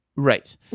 Right